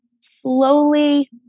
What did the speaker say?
slowly